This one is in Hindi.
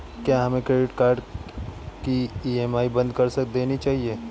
क्या हमें क्रेडिट कार्ड की ई.एम.आई बंद कर देनी चाहिए?